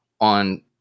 on